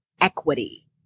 equity